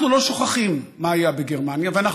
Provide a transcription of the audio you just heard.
אנחנו לא שוכחים מה היה בגרמניה,